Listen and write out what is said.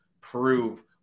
prove